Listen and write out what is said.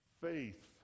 faith